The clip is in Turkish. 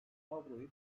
avroyu